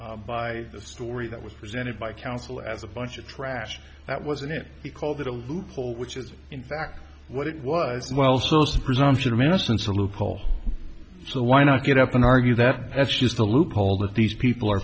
by the story that was presented by counsel as a bunch of trash that was in it he called it a loophole which is in fact what it was while sosa presumption of innocence or loophole so why not get up and argue that that's just a loophole that these people are